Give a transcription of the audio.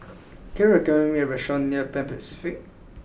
can you recommend me a restaurant near Pan Pacific